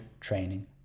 training